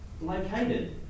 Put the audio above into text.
located